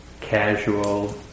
casual